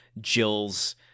Jill's